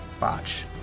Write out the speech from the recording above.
botch